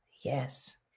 Yes